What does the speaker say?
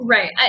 Right